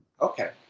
Okay